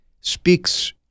speaks